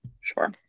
sure